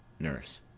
nurse.